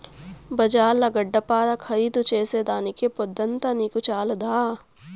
బజార్ల గడ్డపార ఖరీదు చేసేదానికి పొద్దంతా నీకు చాలదా